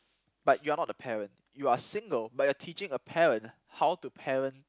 but you are not the parent you are single but you are teaching a parent how to parent